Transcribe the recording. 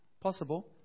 possible